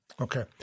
Okay